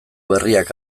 berriak